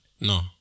No